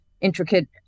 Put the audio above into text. intricate